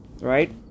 right